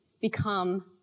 become